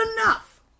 enough